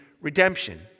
redemption